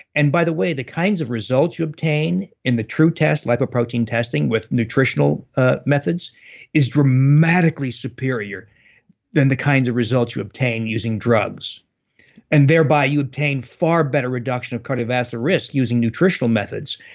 and by the way, the kinds of results you obtain in the true test lipoprotein testing with nutritional ah methods is dramatically superior than the kinds of results you obtain using drugs and thereby, you obtain far better reduction of cardiovascular risks using nutritional methods,